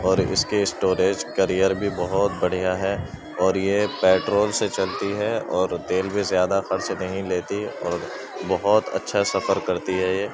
اور اس کی اسٹوریج کریئر بھی بہت بڑھیا ہیں اور یہ پٹرول سے چلتی ہے اور تیل بھی زیادہ خرچ نہیں لیتی اور بہت اچھا سفر کرتی ہے یہ